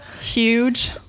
huge